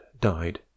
died